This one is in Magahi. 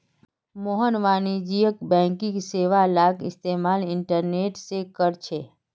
मोहन वाणिज्यिक बैंकिंग सेवालाक इस्तेमाल इंटरनेट से करछे